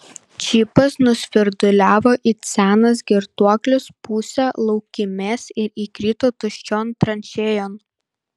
čipas nusvirduliavo it senas girtuoklis pusę laukymės ir įkrito tuščion tranšėjon